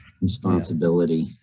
responsibility